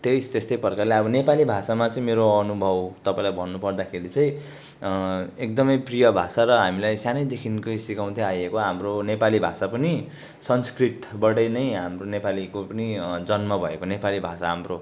त्यसै त्यस्तै प्रकारले अब नेपाली भाषामा चाहिँ मेरो अनुभव तपाईँलाई भन्नुपर्दाखेरि चाहिँ एकदमै प्रिय भाषा र हामीलाई सानैदेखिकै सिकाउँदै आएको हाम्रो नेपाली भाषा पनि संस्कृतबाटै नै हाम्रो नेपालीको पनि जन्म भएको नेपाली भाषा हाम्रो